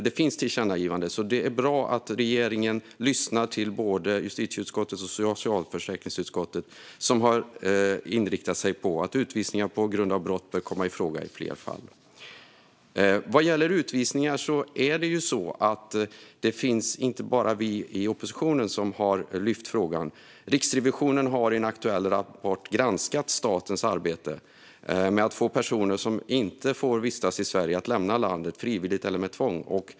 Det finns tillkännagivanden, och det är bra att regeringen lyssnar till både justitieutskottet och socialförsäkringsutskottet, som har inriktat sig på att utvisningar på grund av brott bör komma i fråga i fler fall. Det är inte bara vi i oppositionen som har lyft fram frågan om utvisningar. Riksrevisionen har i en aktuell rapport granskat statens arbete med att få personer som inte får vistas i Sverige att lämna landet frivilligt eller med tvång.